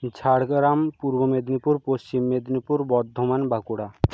Jhargram Purba Medinipur Paschim Medinipur Bardhaman Bankura